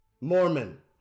Mormon